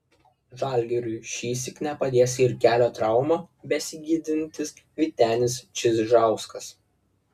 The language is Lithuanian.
žalgiriui šįsyk nepadės ir kelio traumą besigydantis vytenis čižauskas